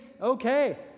okay